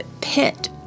pit